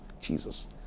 Jesus